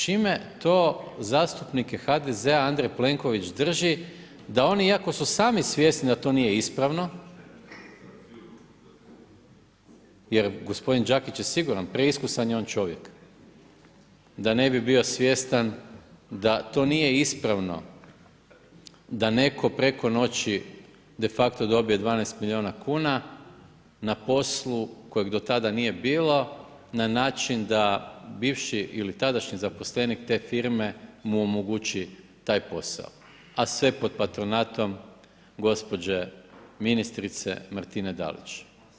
Čime to zastupnike HDZ-a Andrej Plenković drži da oni iako su sami svjesni da to nije ispravno jer gospodin Đakić je siguran, preiskusan je on čovjek da ne bi bio svjestan da to nije ispravno da neko preko noći de facto dobije 12 milijuna kuna na poslu kojeg do tada nije bilo na način da bivši ili tadašnji zaposlenik te firme mu omogući taj posao, a sve pod patronatom gospođe ministrice Martine Dalić.